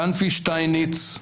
כנפי שטייניץ,